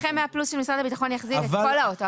נכה 100 פלוס של משרד הביטחון יחזיר את כל האוטו,